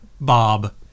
Bob